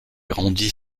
rendit